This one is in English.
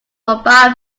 mobile